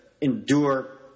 endure